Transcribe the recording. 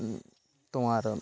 তোমারও